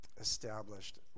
Established